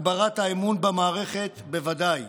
הגברת האמון במערכת, בוודאי.